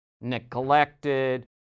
neglected